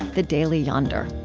the daily yonder.